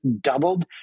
doubled